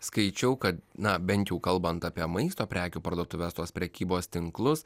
skaičiau kad na bent jau kalbant apie maisto prekių parduotuves tos prekybos tinklus